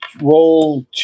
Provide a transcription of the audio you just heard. roll